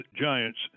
giants